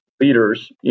leaders